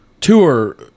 tour